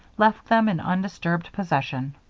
left them in undisturbed possession.